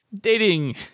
Dating